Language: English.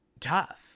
tough